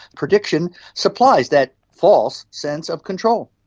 prediction supplies that false sense of control.